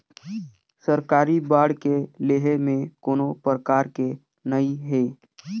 सरकारी बांड के लेहे में कोनो परकार के नइ हे